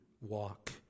walk